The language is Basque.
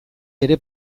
ere